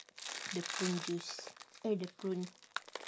the prune juice eh the prune